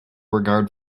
regard